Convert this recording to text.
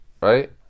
Right